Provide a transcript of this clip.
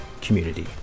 community